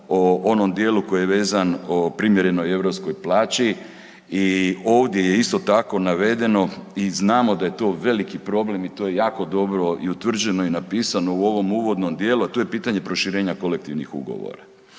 o onom dijelu koji je vezan o primjerenom europskoj plaći i ovdje je isto tako navedeno i znamo da je to veliki problem i to je jako dobro i utvrđeno i napisano u ovom uvodnom dijelu, a to je pitanje proširenja kolektivnih ugovora.